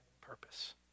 purpose